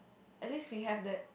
at least we have that